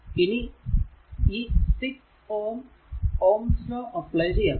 ഇനി ഈ 6Ω ohm's law ohm 's law apply ചെയ്യാം